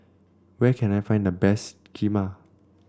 where can I find the best Kheema